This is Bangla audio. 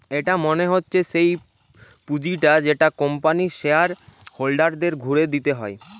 এটা মনে হচ্ছে সেই পুঁজিটা যেটা কোম্পানির শেয়ার হোল্ডারদের ঘুরে দিতে হয়